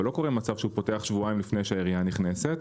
ולא קורה מצב שהוא פותח שבועיים לפני שהעירייה נכנסת,